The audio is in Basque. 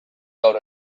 gaur